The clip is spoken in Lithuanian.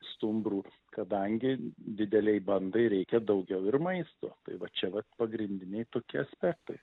stumbrų kadangi didelei bandai reikia daugiau ir maisto tai va čia vat pagrindiniai tokie aspektai